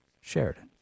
Sheridan